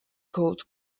called